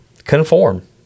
conform